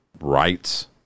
rights